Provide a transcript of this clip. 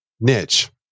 niche